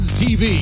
tv